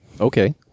Okay